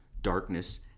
Darkness